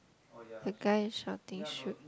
the guy is shouting shoot